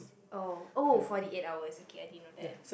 oh oh forty eight hours okay I didn't know that